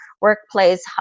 workplace